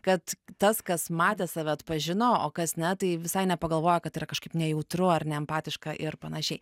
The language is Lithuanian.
kad tas kas matė save atpažino o kas ne tai visai nepagalvojo kad yra kažkaip nejautru ar ne empatiška ir panašiai